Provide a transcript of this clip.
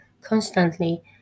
constantly